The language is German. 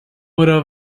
oder